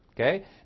Okay